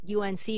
UNC